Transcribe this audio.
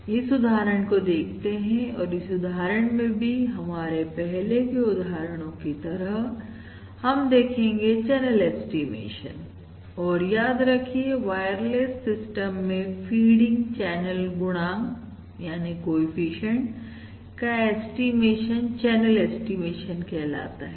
तो चलिए इस उदाहरण को देखते हैं और इस उदाहरण में भी हमारे पहले के उदाहरणों की तरह हम देखेंगे चैनल ऐस्टीमेशन और याद रखिए वायरलेस सिस्टम में फीडिंग चैनल गुणांक का ऐस्टीमेशन चैनल ऐस्टीमेशन कहलाता है